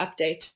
update